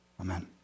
Amen